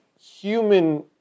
human